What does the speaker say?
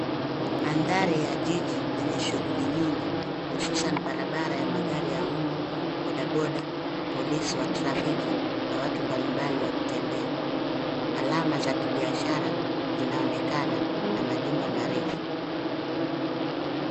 Mandhari ya jiji lenye shughuli nyingi hususan barabara ya magari ya umma, bodaboda, polisi wa trafiki na watu mbalimbali wakitembea. Alama za kibiashara zinaonekana na majumba marefu.